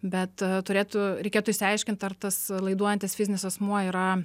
bet turėtų reikėtų išsiaiškint ar tas laiduojantis fizinis asmuo yra